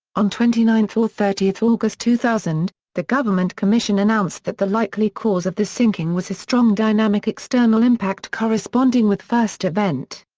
on twenty nine or thirty august two thousand, the government commission announced that the likely cause of the sinking was a strong dynamic external impact corresponding with first event,